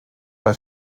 bei